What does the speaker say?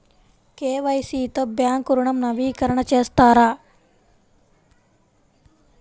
KYC తో bank ఋణం నవీకరణ చేస్తారా?